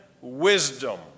wisdom